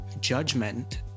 judgment